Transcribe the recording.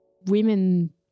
Women